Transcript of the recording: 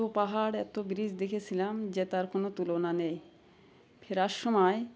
তো পাহাড় এত ব্রিজ দেখেছিলাম যে তার কোনো তুলনা নেই ফেরার সময়